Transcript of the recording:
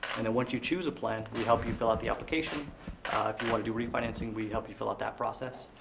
and then once you chose a plan, we help you fill out the application. if you want to do refinancing, we help you fill out that process,